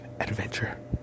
Adventure